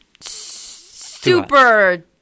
super